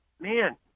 man